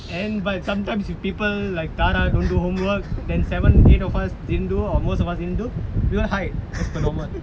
and but sometimes if people like tara don't do homework like then seven eight of us didn't do or most of us didn't do we'll hide as per normal